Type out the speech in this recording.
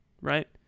right